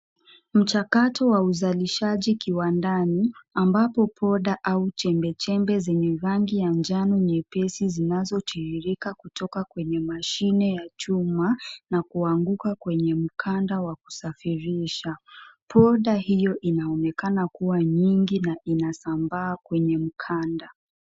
Mchakato wa uzalishaji kiwandani. Ambapo poda au chembechembe zenye rangi ya njano nyepesi zinazotiririka kutoka kwenye mashine ya chuma, na kuanguka kwenye mkanda wa kusafirishwa. Poda hiyo inaonekana kuwa nyingi na inasambaa kwenye mkanda.